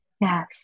Yes